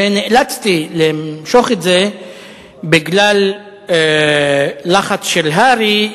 ונאלצתי למשוך את זה בגלל לחץ של הר"י,